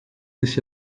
dış